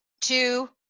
two